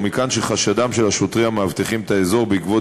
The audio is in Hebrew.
ומכאן שחשדם של השוטרים המאבטחים את האזור בעקבות